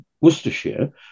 Worcestershire